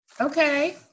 Okay